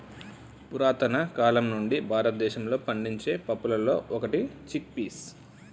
పురతన కాలం నుండి భారతదేశంలో పండించే పప్పులలో ఒకటి చిక్ పీస్